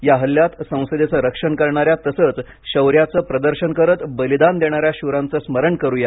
या हल्ल्यात संसदेचे रक्षण करणाऱ्या तसंच शौर्याचं प्रदर्शन करत बलिदान देणाऱ्या शूरांचे स्मरण करू या